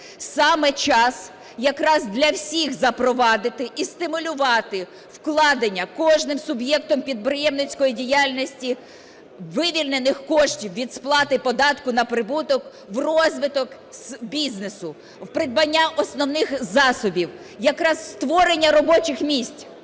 Саме час якраз для всіх запровадити і стимулювати вкладення кожним суб'єктом підприємницької діяльності вивільнених коштів від сплати податку на прибуток в розвиток бізнесу, в придбання основних засобів, якраз створення робочих місць.